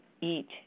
eat